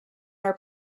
are